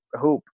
hoop